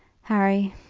harry,